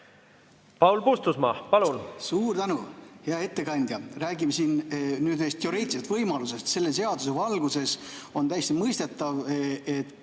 Paul Puustusmaa, palun!